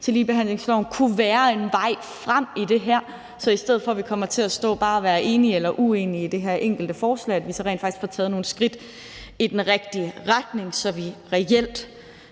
til ligebehandlingsloven kunne være en vej frem i det her, så vi i stedet for at komme til at stå og bare være enige eller uenige i det her enkelte forslag rent faktisk får taget nogle skridt i den rigtige retning, så vi reelt